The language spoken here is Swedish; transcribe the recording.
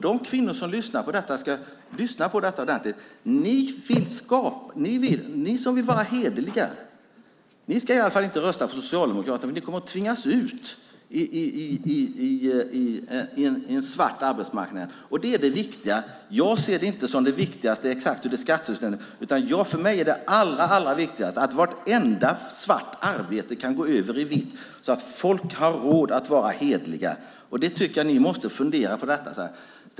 De kvinnor som lyssnar på detta ska lyssna ordentligt: Ni som vill vara hederliga, ni ska i alla fall inte rösta på Socialdemokraterna, för ni kommer att tvingas ut på en svart arbetsmarknad. Det är det viktiga. För mig är det allra viktigaste att vartenda svart arbete kan gå över i vitt, så att folk har råd att vara hederliga. Jag tycker att ni måste fundera på detta.